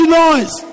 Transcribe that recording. noise